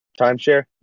timeshare